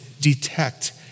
detect